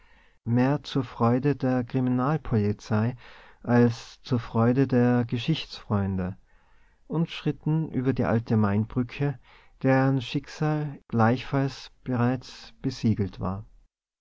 mehr zur freude der kriminalpolizei als zur freude der geschichtsfreunde und schritten über die alte mainbrücke deren schicksal gleichfalls bereits besiegelt war